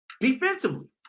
defensively